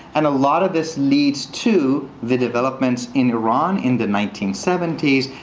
and a lot of this leads to the development in iran in the nineteen seventy s,